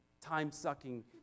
time-sucking